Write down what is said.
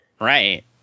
Right